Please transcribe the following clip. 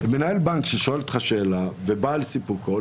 מנהל בנק ששואל אותך שאלה ובא על סיפוקו,